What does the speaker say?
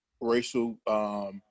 racial